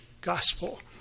gospel